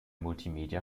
multimedia